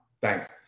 thanks